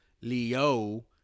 Leo